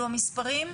אני יוצאת.